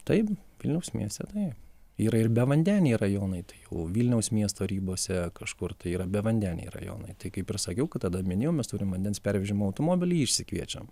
taip vilniaus mieste taip yra ir bevandeniai rajonai tai jau vilniaus miesto ribose kažkur tai yra bevandeniai rajonai tai kaip ir sakiau kad tada minėjau mes turim vandens pervežimo automobilį išsikviečiam